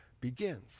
begins